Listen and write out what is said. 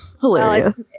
Hilarious